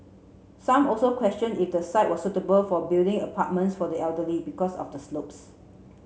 some also questioned if the site was suitable for building apartments for the elderly because of the slopes